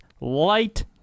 light